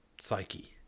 psyche